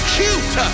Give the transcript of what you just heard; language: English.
cute